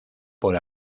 por